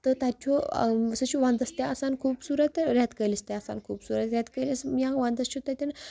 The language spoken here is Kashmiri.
تہٕ تَتہِ چھُ سُہ چھِ وَندَس تہِ آسان خوٗبصوٗرت تہٕ رٮ۪تہٕ کٲلِس تہِ آسان خوٗبصوٗرت رٮ۪تہٕ کٲلِس یا وَندَس چھِ تَتٮ۪ن